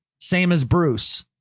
same as bruce.